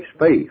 faith